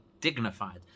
dignified